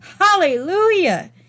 Hallelujah